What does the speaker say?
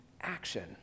action